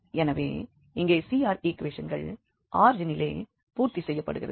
எனவே இங்கே CR ஈக்குவேஷன்கள் ஆரிஜினிலே பூர்த்தி செய்யப்படுகிறது